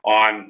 on